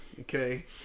Okay